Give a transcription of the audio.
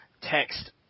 text